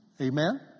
Amen